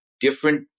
different